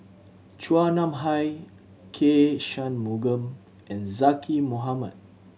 Chua Nam Hai K Shanmugam and Zaqy Mohamad